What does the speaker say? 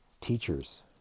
teachers